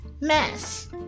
mess